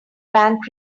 bank